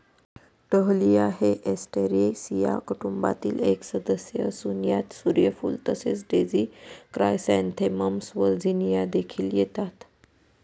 dahlia हे Asteraceae कुटुंबातील एक सदस्य असून यात सूर्यफूल तसेच डेझी क्रायसॅन्थेमम्स व झिनिया देखील येतात